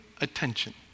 attention